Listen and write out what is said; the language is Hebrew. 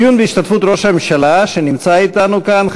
דיון בהשתתפות ראש הממשלה שנמצא אתנו כאן,